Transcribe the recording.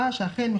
רק עבודה כשכירים,